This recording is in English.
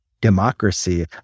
democracy